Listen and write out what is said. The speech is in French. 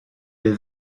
les